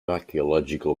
archaeological